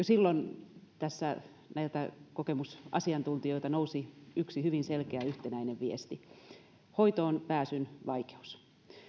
silloin näiltä kokemusasiantuntijoilta nousi yksi hyvin selkeä yhtenäinen viesti hoitoonpääsyn vaikeus